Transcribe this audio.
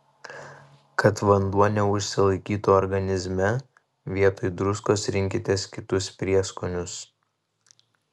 kad vanduo neužsilaikytų organizme vietoj druskos rinkitės kitus prieskonius